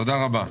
תודה רבה.